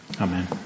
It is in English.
Amen